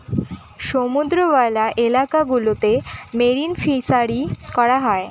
সমুদ্রওয়ালা এলাকা গুলোতে মেরিন ফিসারী করা হয়